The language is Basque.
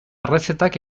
errezetak